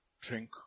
drink